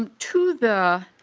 um to the